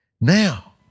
Now